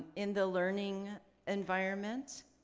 in the learning environment,